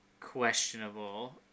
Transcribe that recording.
questionable